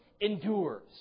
endures